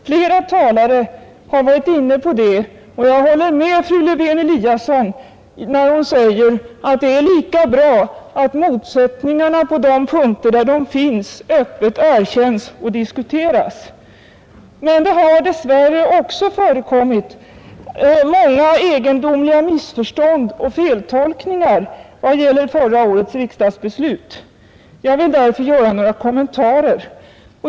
Flera talare har varit inne på den frågan, och jag håller med fru Lewén-Eliasson när hon säger, att det är lika bra att motsättningarna på de punkter där de finns öppet erkänns och diskuteras. Men det har dessvärre också förekommit många egendomliga missförstånd och feltolkningar vad gäller förra årets riksdagsbeslut. Jag vill därför göra några kommentarer.